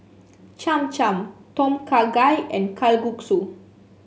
Cham Cham Tom Kha Gai and Kalguksu